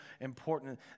important